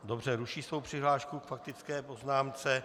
Dobře, ruší svou přihlášku k faktické poznámce.